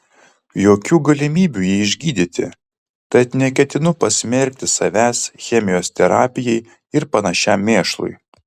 jokių galimybių jį išgydyti tad neketinu pasmerkti savęs chemijos terapijai ir panašiam mėšlui